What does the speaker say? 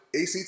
ACT